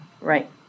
Right